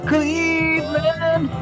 Cleveland